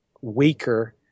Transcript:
weaker